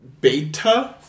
beta